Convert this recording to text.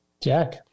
Jack